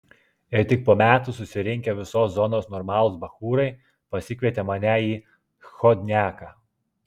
ir tik po metų susirinkę visos zonos normalūs bachūrai pasikvietė mane į schodniaką